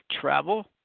travel